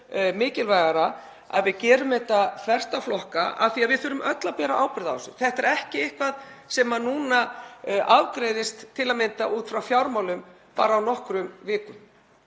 mikilvægara að við gerum þetta þvert á flokka af því að við þurfum öll að bera ábyrgð á þessu. Þetta er ekki eitthvað sem núna afgreiðist til að mynda út frá fjármálum bara á nokkrum vikum.